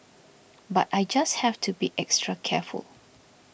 but I just have to be extra careful